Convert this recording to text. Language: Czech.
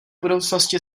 budoucnosti